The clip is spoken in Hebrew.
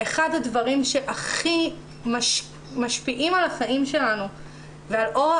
אחד הדברים שהכי משפיעים על החיים שלנו ואיכות